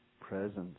Presence